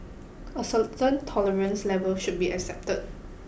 a certain tolerance level should be accepted